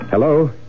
Hello